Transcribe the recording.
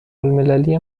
الملی